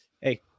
hey